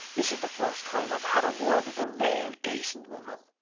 this is the first time i've had a word with a rale, dacent woman.